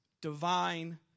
divine